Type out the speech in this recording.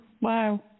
wow